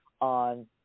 on